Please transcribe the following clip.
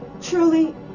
truly